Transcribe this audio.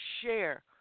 share